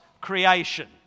creation